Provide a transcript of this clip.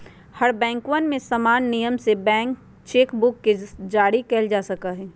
हर बैंकवन में समान नियम से चेक बुक के जारी कइल जा सका हई